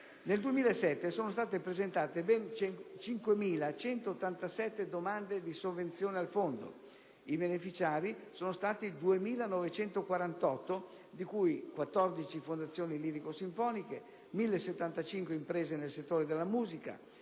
Nel 2007 sono state presentate ben 5.187 domande di sovvenzione al Fondo e i beneficiari sono stati 2.948, di cui: 14 fondazioni lirico sinfoniche, 1.075 imprese nel settore della musica,